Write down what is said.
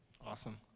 Awesome